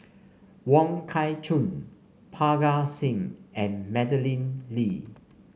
Wong Kah Chun Parga Singh and Madeleine Lee